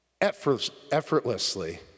effortlessly